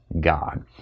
God